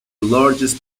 largest